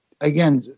again